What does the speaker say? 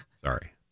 Sorry